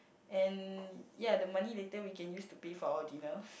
and ya the money later we can use to pay for our dinner